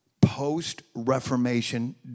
post-reformation